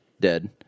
dead